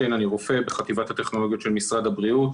בחטיבת הטכנולוגיות של משרד הבריאות